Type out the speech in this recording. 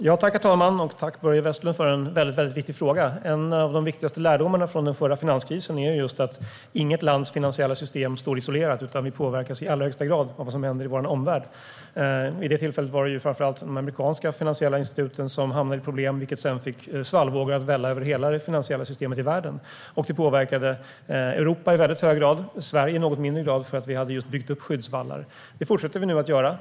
Herr talman! Tack, Börje Vestlund, för en väldigt viktig fråga! En av de viktigaste lärdomarna från den förra finanskrisen är just att inget lands finansiella system står isolerat, utan vi påverkas i allra högsta grad av vad som händer i vår omvärld. Vid det tillfället var det framför allt de amerikanska finansiella instituten som hamnade i problem, vilket sedan fick svallvågor att välla över hela det finansiella systemet i världen. Det påverkade Europa i väldigt hög grad och Sverige i något mindre grad eftersom vi just hade byggt upp skyddsvallar. Det fortsätter vi nu att göra.